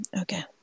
okay